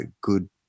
good